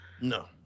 No